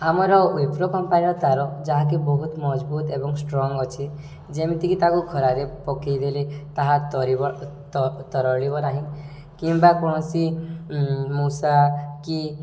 ଆମର ୱିପ୍ରୋ କମ୍ପାନୀର ତାର ଯାହାକି ବହୁତ ମଜବୁତ ଏବଂ ଷ୍ଟ୍ରଙ୍ଗ ଅଛି ଯେମିତିକି ତାକୁ ଖରାରେ ପକାଇ ଦେଲେ ତାହା ତରିବ ତ ତରଳିବ ନାହିଁ କିମ୍ବା କୌଣସି ମୂଷା କି